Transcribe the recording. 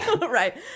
right